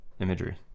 imagery